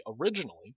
originally